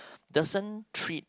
doesn't treat